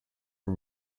are